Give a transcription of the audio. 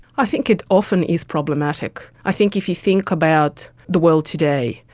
i think it often is problematic. i think if you think about the world today,